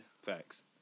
Facts